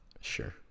sure